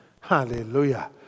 Hallelujah